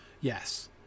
Yes